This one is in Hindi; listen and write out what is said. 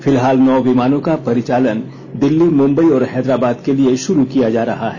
फिलहाल नौ विमानों का परिचालन दिल्ली मुंबई और हैदराबाद के लिए षुरू किया जा रहा है